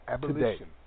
Abolition